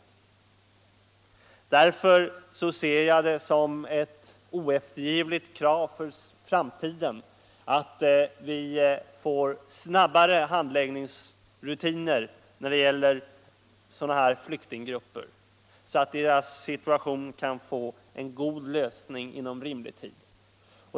Därför ser jag det som ett oeftergivligt krav för framtiden att vi får snabbare handläggningsrutiner för sådana här flyktinggrupper, så att deras problem kan få en god lösning inom rimlig tid.